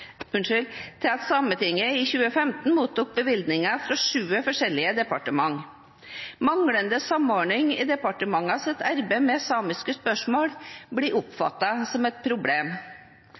at Sametinget i 2015 mottok bevilgninger fra sju forskjellige departementer. Manglende samordning i departementenes arbeid med samiske spørsmål blir oppfattet som et problem.